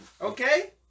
Okay